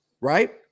Right